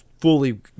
fully